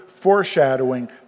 foreshadowing